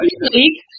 league